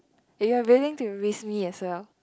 you are willing to risk me as a